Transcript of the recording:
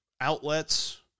outlets